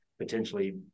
potentially